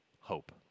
hope